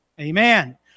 amen